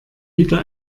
wieder